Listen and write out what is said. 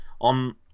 on